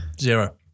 Zero